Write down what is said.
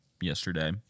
yesterday